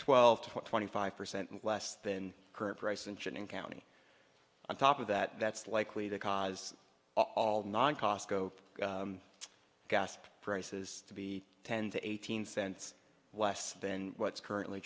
twelve to twenty five percent less than current price and joining county on top of that that's likely to cause all non costco gas prices to be ten to eighteen cents less than what's currently